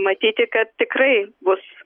matyti kad tikrai bus